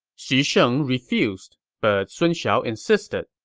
xu sheng refused, but sun shao insisted.